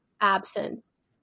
absence